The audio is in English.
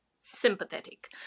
sympathetic